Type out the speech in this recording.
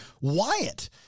Wyatt